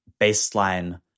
baseline